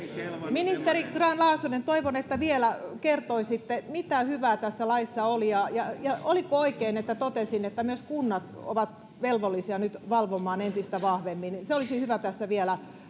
ministeri grahn laasonen toivon että vielä kertoisitte mitä hyvää tässä laissa oli ja ja oliko oikein että totesin että myös kunnat ovat velvollisia nyt valvomaan entistä vahvemmin se olisi hyvä tässä vielä